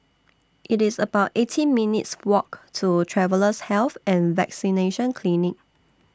It's about eighteen minutes' Walk to Travellers' Health and Vaccination Clinic